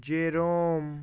jerome